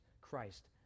Christ